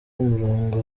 umurongo